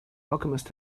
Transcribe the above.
alchemist